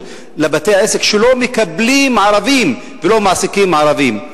לבתי-העסק שלא מקבלים ערבים ולא מעסיקים ערבים.